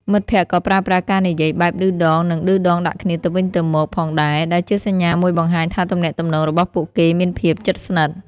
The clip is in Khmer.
មិត្តភក្តិក៏ប្រើប្រាស់ការនិយាយបែបឌឺដងនិងឌឺដងដាក់គ្នាទៅវិញទៅមកផងដែរ ដែលជាសញ្ញាមួយបង្ហាញថាទំនាក់ទំនងរបស់ពួកគេមានភាពជិតស្និទ្ធ។